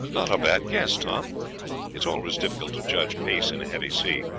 not a bad guess, tom it's always difficult to judge pace in a heavy sea.